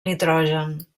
nitrogen